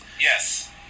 Yes